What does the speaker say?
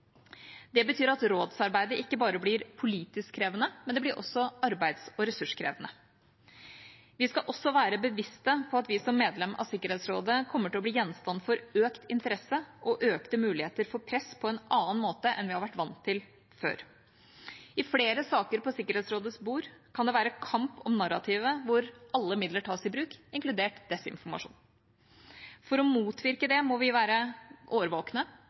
Det betyr at rådsarbeidet ikke bare blir politisk krevende, det blir også arbeids- og ressurskrevende. Vi skal også være bevisst på at vi som medlem i Sikkerhetsrådet blir gjenstand for økt interesse og økte muligheter for press på en annen måte enn vi er vant til fra før. I flere saker på Sikkerhetsrådets bord kan det være kamp om narrativet hvor alle midler tas i bruk, inkludert desinformasjon. For å motvirke det må vi være